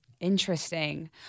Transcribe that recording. Interesting